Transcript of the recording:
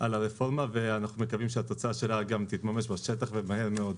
על הרפורמה ואנחנו מקווים שהתוצאה שלה גם תתממש בשטח ומהר מאוד.